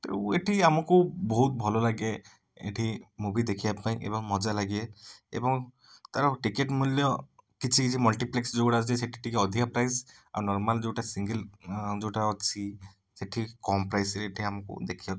ତେଣୁ ଏଠି ଆମକୁ ବହୁତ ଭଲଲାଗେ ଏଠି ମୁଭି ଦେଖିବାପାଇଁ ଏବଂ ମଜା ଲାଗେ ଏବଂ ତାର ଟିକେଟ୍ ମୂଲ୍ୟ କିଛି କିଛି ମଲ୍ଟିପ୍ଲେକ୍ସ୍ ଯେଉଁଗୁଡ଼ା ଅଛି ସେଇଠି ଟିକିଏ ଅଧିକା ପ୍ରାଇସ୍ ଆଉ ନର୍ମାଲ ଯେଉଁଟା ସିଙ୍ଗିଲ ଯେଉଁଟା ଅଛି ସେଇଠି କମ୍ ପ୍ରାଇସରେ ସେଠି ଆମକୁ ଦେଖିବାକୁ